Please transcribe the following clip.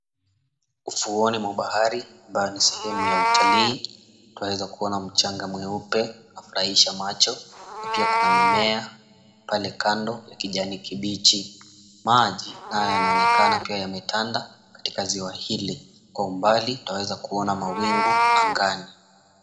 Ufuoni mwa bahari ambao ni sehemu ya utalii twaweza kuona mchanga mweupe unaofurahisha macho na pia kuna mimea pale kando ya kijani kibichi. Maji nayo yanaonekana pia yametanda katika ziwa hili, kwa umbali tunaweza kuona mawingu angani.